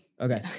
okay